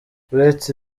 uretse